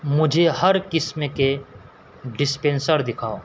مجھے ہر قسم کے ڈسپنسر دکھاؤ